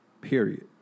Period